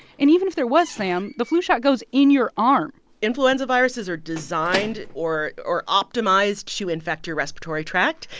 and even if there was, sam, the flu shot goes in your arm influenza viruses are designed or or optimized to infect your respiratory tract.